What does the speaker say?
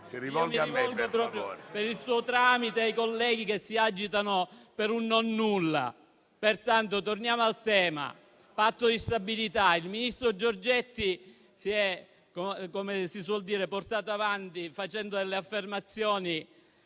si rivolga a me, per favore.